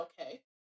okay